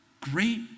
Great